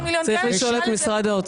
צריך לשאול את משרד האוצר.